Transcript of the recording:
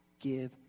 give